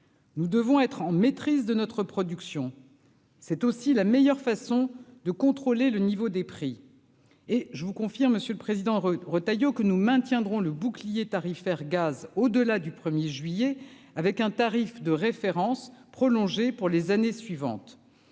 Nous devons être en maîtrise de notre production, c'est aussi la meilleure façon de contrôler le niveau des prix et je vous confirme, Monsieur le Président, Retailleau que nous maintiendrons le bouclier tarifaire gaz au-delà du 1er juillet avec un tarif de référence prolongé pour les années suivantes,